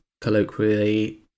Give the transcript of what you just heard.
colloquially